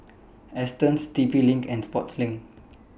Astons T P LINK and Sportslink